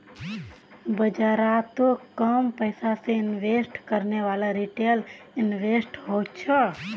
बाजारोत कम पैसा से इन्वेस्ट करनेवाला रिटेल इन्वेस्टर होछे